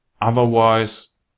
Otherwise